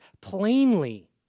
plainly